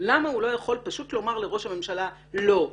למה הוא לא יכול פשוט לומר לראש הממשלה: לא,